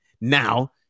now